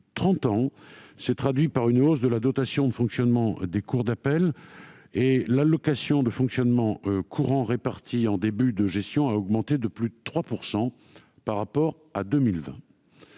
ans, s'est traduit par une hausse de la dotation de fonctionnement des cours d'appel et l'allocation de fonctionnement courant répartie en début de gestion a augmenté de plus de 3 % par rapport à 2020.